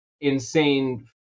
insane